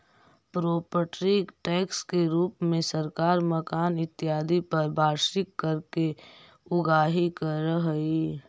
property tax के रूप में सरकार मकान इत्यादि पर वार्षिक कर के उगाही करऽ हई